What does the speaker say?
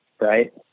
Right